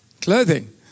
clothing